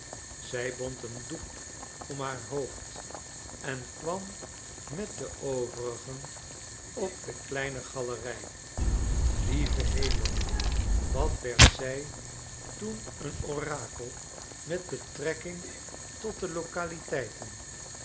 zij bond een doek om haar hoofd en kwam met de overigen op de kleine galerij lieve hemel wat werd zij toen een orakel met betrekking tot de